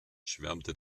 schwärmte